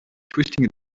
twisting